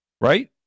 right